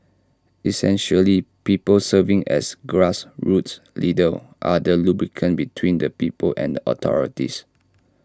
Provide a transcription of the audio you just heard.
essentially people serving as grassroots leaders are the lubricant between the people and authorities